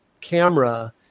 camera